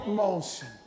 motion